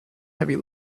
heavy